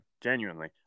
genuinely